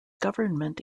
government